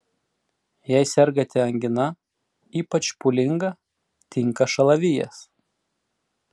jei sergate angina ypač pūlinga tinka šalavijas